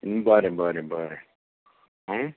बरें बरें बरें